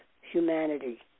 humanity